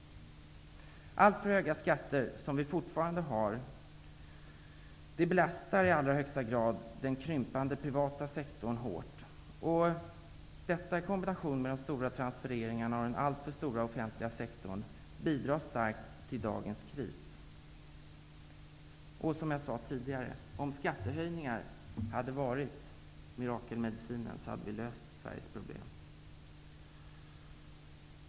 Alltför höga skatter, som vi fortfarande i allra högsta grad har, belastar den krympande privata sektorn hårt. Detta i kombination med de stora transfereringarna och den alltför stora offentliga sektorn bidrar starkt till dagens kris. Som jag sade tidigare: om skattehöjningar hade varit mirakelmedicinen hade Sveriges problem varit lösta.